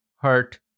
hurt